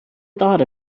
thought